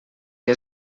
què